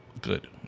good